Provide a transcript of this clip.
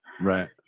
Right